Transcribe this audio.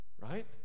Right